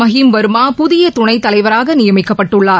மகிம் வர்மா புதிய துணைத் தலைவராக நியமிக்கப்பட்டுள்ளார்